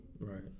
Right